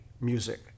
music